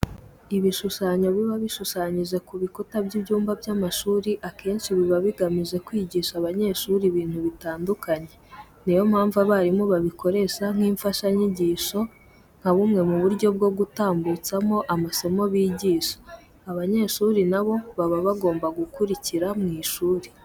Ibishushanyo biba bishushanyije ku bikuta by'ibyumba by'amashuri akenshi biba bigamije kwigisha abanyeshuri ibintu bitandukanye. Ni yo mpamvu abarimu babikoresha nk'imfashanyigisho nka bumwe mu buryo bwo gutambutsamo amasomo bigisha. Abanyeshuri na bo baba bagomba gukurikira mu ishuri.